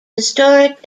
historic